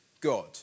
God